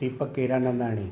Deepak Keranandani